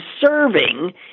serving